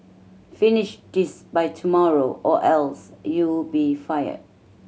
finish this by tomorrow or else you'll be fired